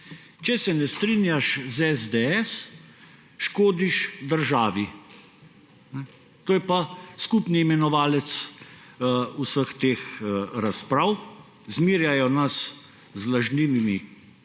če se ne strinjaš s SDS, škodiš državi. To je pa skupni imenovalec vseh teh razprav. Zmerjajo nas z lažnivimi kljukci,